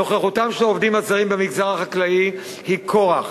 נוכחותם של העובדים הזרים במגזר החקלאי היא כורח.